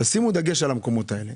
שתשימו דגש על המקומות הללו.